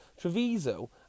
Treviso